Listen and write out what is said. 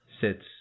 sits